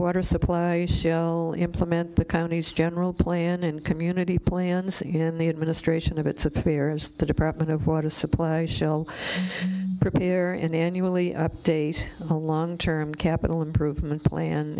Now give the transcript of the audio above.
water supply implement the county's general plan and community plans in the administration of its appears the department of water supplies shell repair and annually update a long term capital improvement plan